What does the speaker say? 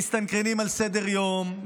מסתנכרנים על סדר-יום,